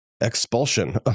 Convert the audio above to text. Expulsion